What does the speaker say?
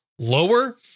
lower